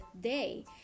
day